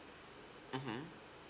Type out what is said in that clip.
mmhmm